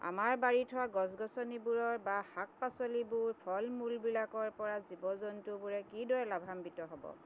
আমাৰ বাৰীত হোৱা গছ গছনিবোৰৰ বা শাক পাচলিবোৰ ফল মূলবিলাকৰ পৰা জীৱ জন্তুবোৰে কিদৰে লাভাম্বিত হ'ব